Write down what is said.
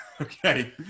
Okay